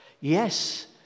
Yes